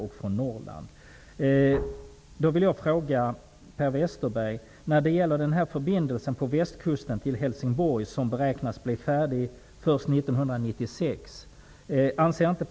Då vill jag fråga: Anser inte Per Westerberg att det är rimligt att förbindelsen på Västkusten till Helsingborg, som beräknas bli färdig 1996, påskyndas?